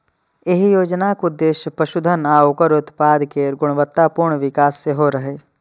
एहि योजनाक उद्देश्य पशुधन आ ओकर उत्पाद केर गुणवत्तापूर्ण विकास सेहो रहै